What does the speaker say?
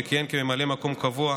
שכיהן כממלא מקום קבוע,